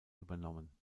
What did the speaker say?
übernommen